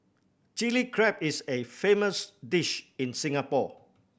Chilli Crab is a famous dish in Singapore